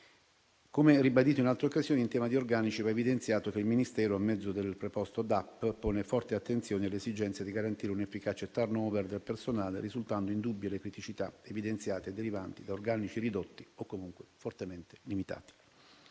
Come ribadito in altre occasioni, in tema di organici va evidenziato che il Ministero, a mezzo del preposto DAP, pone forte attenzione alle esigenze di garantire un'efficace *turnover* del personale, risultando indubbie le criticità evidenziate derivanti da organici ridotti o comunque fortemente limitati.